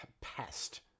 pest